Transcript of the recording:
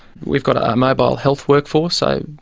we've got a mobile health workforce. so,